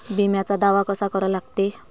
बिम्याचा दावा कसा करा लागते?